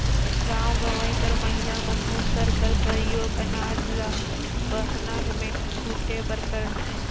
गाँव गंवई कर महिला मन मूसर कर परियोग अनाज ल बहना मे कूटे बर करथे